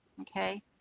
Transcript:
Okay